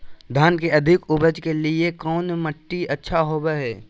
धान के अधिक उपज के लिऐ कौन मट्टी अच्छा होबो है?